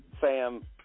Sam